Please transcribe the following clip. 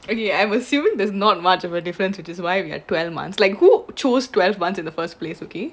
okay I'm assuming there's not much of a difference which is why we had twelve months like who choose twelve months in the first place okay